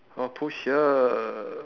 oh push here